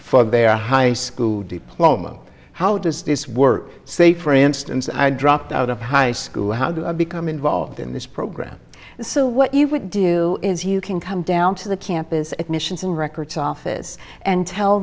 for their high school diploma how does this work say for instance i dropped out of high school how do i become involved in this program so what you would do is you can come down to the campus admissions and records office and tell